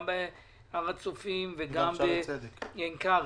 גם בהר הצופים וגם בעין כרם,